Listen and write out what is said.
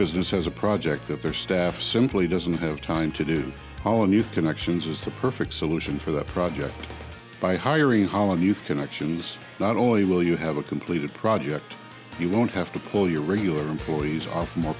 business has a project of their staff simply doesn't have time to do all in youth connections is the perfect solution for the project by hiring holland youth connections not only will you have a completed project you won't have to pull your regular employees are more